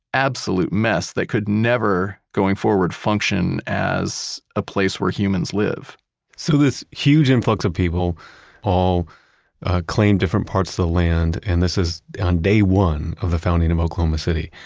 absolute mess that could never, going forward, function as a place where humans live so this huge influx of people all claimed different parts of the land and this is on day one of the founding of oklahoma city.